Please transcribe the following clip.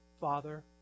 Father